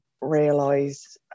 realise